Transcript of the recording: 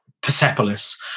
Persepolis